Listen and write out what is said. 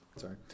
Sorry